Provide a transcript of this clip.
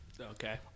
Okay